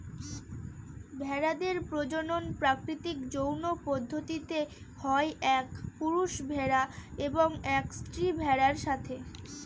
ভেড়াদের প্রজনন প্রাকৃতিক যৌন পদ্ধতিতে হয় এক পুরুষ ভেড়া এবং এক স্ত্রী ভেড়ার সাথে